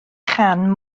chan